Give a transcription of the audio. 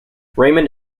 raymond